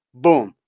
boom,